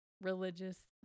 religious